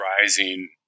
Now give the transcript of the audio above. rising